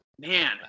Man